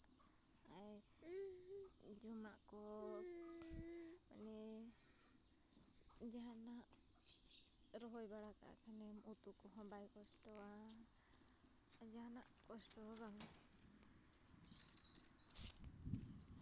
ᱟᱨ ᱡᱚᱢᱟᱜ ᱠᱚᱜᱮ ᱡᱟᱦᱟᱱᱟᱜ ᱨᱚᱦᱚᱭ ᱵᱟᱲᱟ ᱠᱟᱜ ᱠᱷᱟᱱᱤᱧ ᱩᱛᱩ ᱠᱚᱦᱚᱸ ᱵᱟᱭ ᱠᱚᱥᱴᱚᱣᱟ ᱡᱟᱦᱟᱱᱟᱜ ᱠᱚᱥᱴᱚ ᱦᱚᱸ ᱵᱟᱝ ᱦᱩᱭᱩᱜᱼᱟ